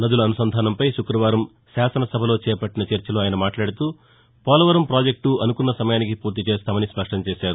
నదుల అనుసంధానంపై శుక్రవారం శాసనసభలో చేపట్టిన చర్చలో ఆయన మాట్లాడుతూ పోలవరం పాజెక్టు అనుకున్న సమయానికి పూర్తి చేస్తామని స్పష్టం చేశారు